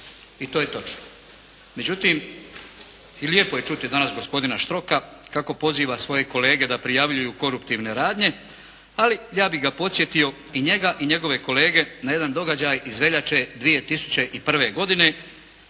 I to je točno. Međutim, i lijepo je čuti danas gospodina Štroka kako poziva svoje kolege da prijavljuju korumptivne radnje, ali ja bih ga podsjetio i njega i njegove kolege na jedan događaj iz veljače 2001. godine